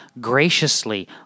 graciously